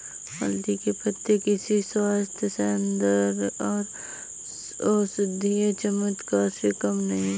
हल्दी के पत्ते किसी स्वास्थ्य, सौंदर्य और औषधीय चमत्कार से कम नहीं होते